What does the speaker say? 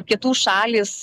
pietų šalys